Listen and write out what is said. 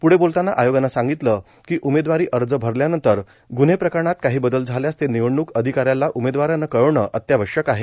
प्ढं बोलतांना आयोगानं सांगितलं की उमेदवारी अर्ज भरल्यानंतर गुन्हे प्रकरणात काही बदल झाल्यास ते निवडणूक अधिकाऱ्याला उमेदवारानं कळवण अत्यावश्यक आहे